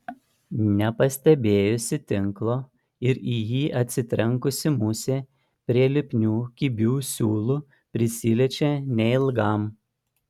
nepastebėjusi tinklo ir į jį atsitrenkusi musė prie lipnių kibių siūlų prisiliečia neilgam